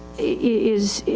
is,